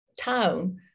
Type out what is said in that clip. town